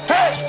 Hey